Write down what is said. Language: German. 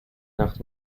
nach